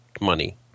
money